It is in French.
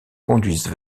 conduisent